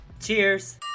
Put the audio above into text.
Cheers